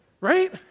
Right